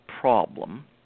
problem